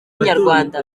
inyarwanda